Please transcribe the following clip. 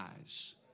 eyes